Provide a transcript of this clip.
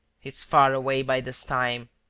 he's far away by this time!